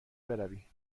بروی